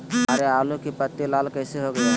हमारे आलू की पत्ती लाल कैसे हो गया है?